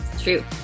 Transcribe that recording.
true